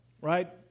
right